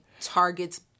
targets